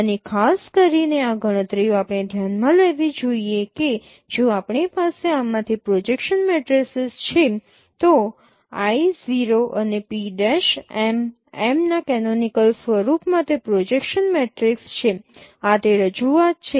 અને ખાસ કરીને આ ગણતરીઓ આપણે ધ્યાનમાં લેવી જોઈએ કે જો આપણી પાસે આમાંથી પ્રોજેક્શન મેટ્રિસીસ છે તો I | 0 અને P' M|m ના કેનોનિકલ સ્વરૂપમાં તે પ્રોજેક્શન મેટ્રિક્સ છે આ તે રજૂઆત છે